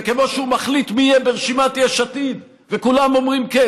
וכמו שהוא מחליט מי יהיה ברשימת יש עתיד וכולם אומרים "כן",